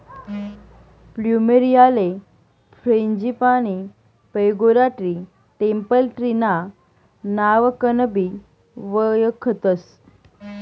फ्लुमेरीयाले frangipani, pagoda tree, temple tree ना नावकनबी वयखतस